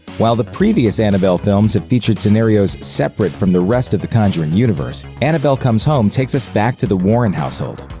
while the previous annabelle films have featured scenarios separate from the rest of the conjuring universe, annabelle comes home takes us back to the warren household.